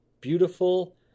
beautiful